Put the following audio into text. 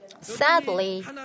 Sadly